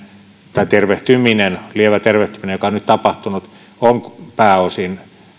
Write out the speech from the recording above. tai tervehtyminen lievä tervehtyminen joka on nyt tapahtunut on pääosin